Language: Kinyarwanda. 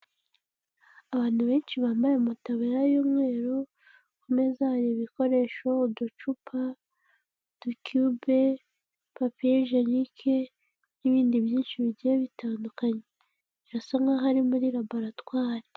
Abantu benshi bambaye amataburiya y'umweru, ku meza hari ibikoresho uducupa, udukibe papiye jenike n'ibindi byinshi bigiye bitandukanye, birasa nk'aho ari muri laboratwari.